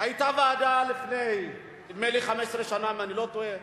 היתה ועדה לפני 15 שנה, נדמה לי, אם אני לא טועה,